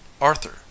arthur